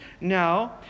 now